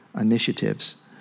initiatives